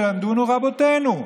ילמדונו רבותינו: